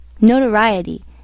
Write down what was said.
Notoriety